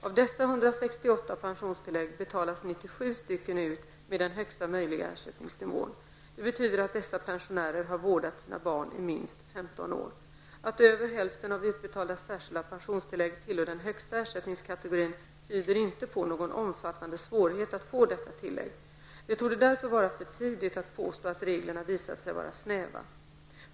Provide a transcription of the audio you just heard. Av dessa 168 pensionstillägg betalades 97 stycken ut med den högsta möjliga ersättningsnivån. Det betyder att dessa pensionärer har vårdat sina barn i minst 15 år. Att över hälften av utbetalda särskilda pensionstillägg tillhör den högsta ersättningskategorin tyder inte på någon omfattande svårighet att få detta tillägg. Det torde därför vara för tidigt att påstå att reglerna visat sig vara snäva.